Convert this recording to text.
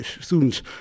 students